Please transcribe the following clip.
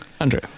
Andrew